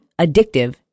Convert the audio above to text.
addictive